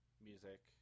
music